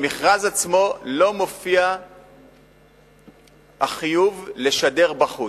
במכרז עצמו לא מופיע החיוב לשדר בחוץ.